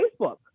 Facebook